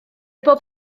bob